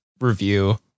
review